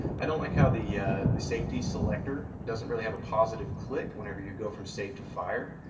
i don't like how the the safety selector doesn't really have a positive click whenever you go from safe to fire.